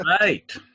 Right